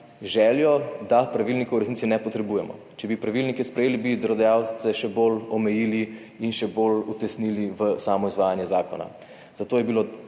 željo, da pravilnikov v resnici ne potrebujemo. Če bi pravilnike sprejeli, bi delodajalce še bolj omejili in še bolj utesnili v samo izvajanje zakona, zato je bilo